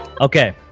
Okay